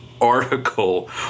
article